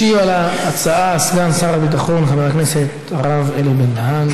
משיב על ההצעה סגן שר הביטחון חבר הכנסת הרב אלי בן-דהן.